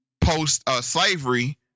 post-slavery